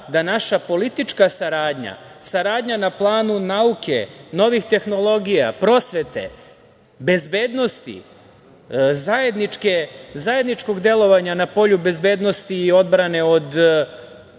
da naša politička saradnja, saradnja na planu nauke, novih tehnologija, prosvete, bezbednosti, zajedničkog delovanja na polju bezbednosti i odbrane od